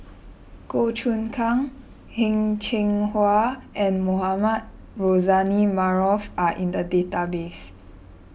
Goh Choon Kang Heng Cheng Hwa and Mohamed Rozani Maarof are in the database